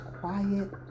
quiet